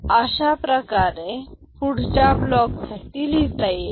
अशाच प्रकारे पुढच्या ब्लॉकसाठी लिहिता येईल